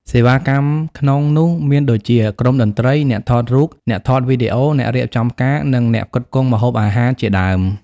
សេវាកម្មក្នុងនោះមានដូចជា ក្រុមតន្ត្រី អ្នកថតរូប អ្នកថតវីដេអូ អ្នករៀបចំផ្កា និងអ្នកផ្គត់ផ្គង់ម្ហូបអាហារជាដើម។